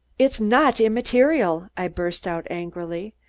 it's not immaterial! i burst out angrily.